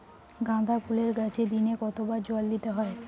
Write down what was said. গাদা ফুলের গাছে দিনে কতবার জল দিতে হবে?